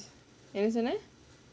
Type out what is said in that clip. என்ன சொன்ன:enna sonna